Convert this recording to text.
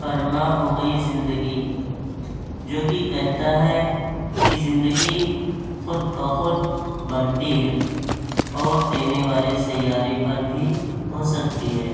فرما ہوگئی زندگی جو کہ کہتا ہے کہ زندگی خود بخود بنتی ہے اور دینے والے سیّارے پر بھی ہوسكتی ہے